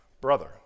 brother